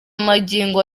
magingo